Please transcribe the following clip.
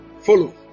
follow